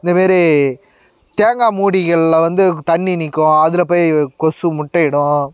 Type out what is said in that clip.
இந்தமாரி தேங்காய் மூடிகளில் வந்து தண்ணி நிற்கும் அதில் போய் கொசு முட்டையிடும்